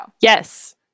yes